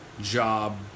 job